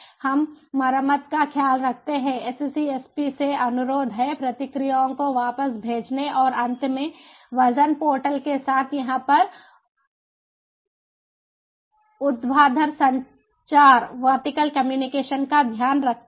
हम मरम्मत का ख्याल रखते हैं SCSP से अनुरोध और प्रतिक्रियाओं को वापस भेजने और अंत में वजन पोर्टल के साथ यहां पर ऊर्ध्वाधर संचार का ध्यान रखते हैं